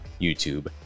YouTube